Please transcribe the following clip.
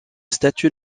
statues